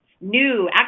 new